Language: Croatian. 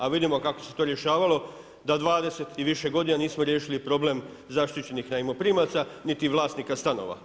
A vidimo kako se to rješavalo, da 20 i više godina nismo riješili problem zaštićenih najmoprimaca niti vlasnika stanova.